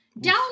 down